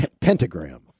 pentagram